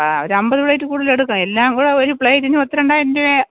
ആ ഒരമ്പത് പ്ലേറ്റ് കൂടുതൽ എടുക്കാം എല്ലാം കൂടെ ഒരു പ്ലേറ്റിന് പത്ത് രണ്ടായിരം രൂപ